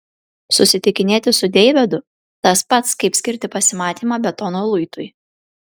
susitikinėti su deividu tas pats kaip skirti pasimatymą betono luitui